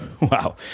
Wow